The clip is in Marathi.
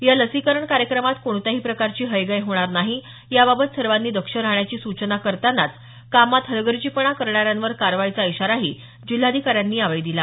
या लसीकरण कार्यक्रमात कोणत्याही प्रकारची हयगय होणार नाही याबाबत सर्वांनी दक्ष राहण्याची सूचना करतानाच कामात हलगर्जीपणा करणाऱ्यावर कारवाईचा इशाराही जिल्हाधिकाऱ्यांनी दिला